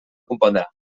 compondre